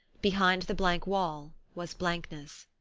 behind the blank wall was blankness.